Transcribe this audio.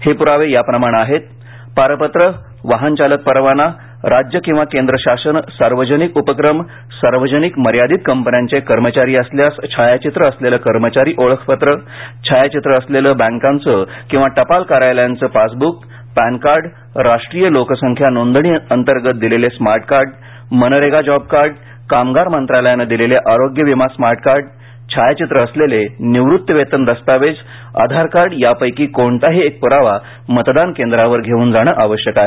हे पुरावे याप्रमाणे आहेत पारपत्र वाहन चालक परवाना राज्य किंवा केंद्र शासन सार्वजनिक उपक्रम सार्वजनिक मर्यादित कंपन्यांचे कर्मचारी असल्यास छायाचित्र असलेलं कर्मचारी ओळखपत्र छायाचित्र असलेले बँकांचं किंवा टपाल कार्यालयाचं पासबुक पॅनकार्ड राष्ट्रीय लोकसंख्या नोंदणी अंतर्गत दिलेले स्मार्टकार्ड मनरेगा जॉबकार्ड कामगार मंत्रालयानं दिलेले आरोग्य विमा स्मार्टकार्ड छायाचित्र असलेले निवृत्तीवेतन दस्तावेज आधारकार्ड यापैकी कोणताही एक पुरावा मतदान केंद्रावर घेऊन जाणं आवश्यक आहे